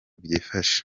byifashe